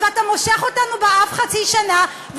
ואתה מושך אותנו באף חצי שנה,